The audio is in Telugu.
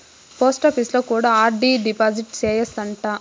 పోస్టాపీసులో కూడా ఆర్.డి డిపాజిట్ సేయచ్చు అంట